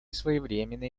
своевременные